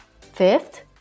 Fifth